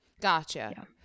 Gotcha